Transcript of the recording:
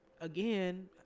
again